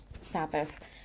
Sabbath